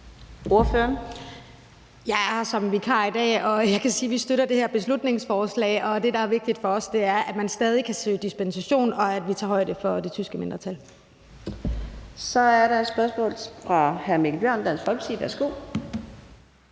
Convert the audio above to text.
Jeg er her som vikar i dag, og jeg kan sige, at vi støtter det her beslutningsforslag. Det, der er vigtigt for os, er, at man stadig kan søge dispensation, og at vi tager højde for det tyske mindretal. Kl. 10:31 Fjerde næstformand (Karina Adsbøl): Så er der et spørgsmål fra hr. Mikkel Bjørn, Dansk Folkeparti. Værsgo.